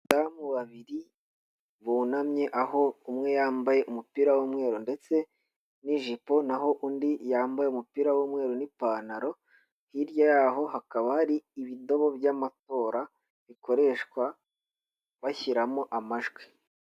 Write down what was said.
Abadamu babiri bunamye, aho umwe yambaye umupira w'umweru ndetse n'ijipo, naho undi yambaye umupira w'umweru n'ipantaro, hirya yaho hakaba hari ibidobo by'amatora bikoreshwa bashyiramo amajwi.